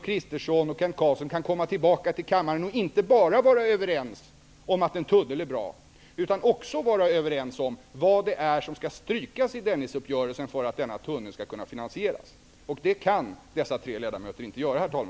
Kristersson och Kent Carlsson kan komma tillbaka till kammaren och inte bara vara överens om att en tunnel är bra, utan också vara överens om vad det är som skall strykas i Dennisuppgörelsen för att denna tunnel skall kunna finansieras. Det kan, herr talman, dessa tre ledamöter inte komma överens om.